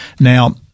now